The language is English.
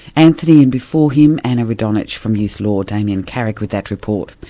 anthony and before him anna radonic from youth law. damien carrick with that report.